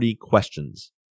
questions